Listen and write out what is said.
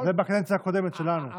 את זה עשינו בקדנציה הקודמת שלנו.